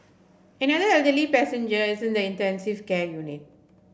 another elderly passenger is in the intensive care unit